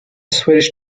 swedish